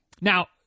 Now